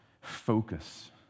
focus